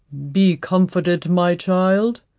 be comforted my child,